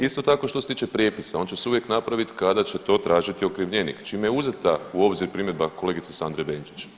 Isto tako, što se tiče prijepisa, on će se uvijek napraviti kada će to tražiti okrivljenik, čime je uzeta u obzir primjedba kolegice Sandre Benčić.